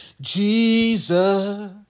jesus